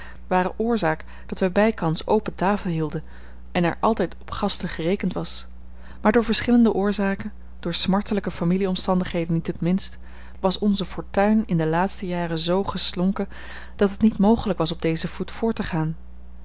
waren oorzaak dat wij bijkans open tafel hielden en er altijd op gasten gerekend was maar door verschillende oorzaken door smartelijke familieomstandigheden niet het minst was onze fortuin in de laatste jaren zoo geslonken dat het niet mogelijk was op dezen voet voort te gaan